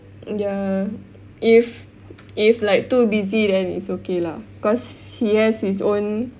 ya if if like too busy then it's okay lah cause he has his own